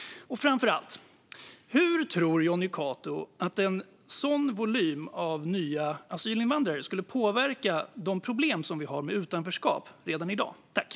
Och framför allt: Hur tror Jonny Cato att en sådan volym av nya asylinvandrare skulle påverka de problem som vi redan i dag har med utanförskap?